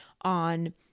on